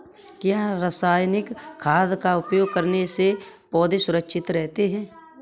क्या रसायनिक खाद का उपयोग करने से पौधे सुरक्षित रहते हैं?